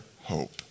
hope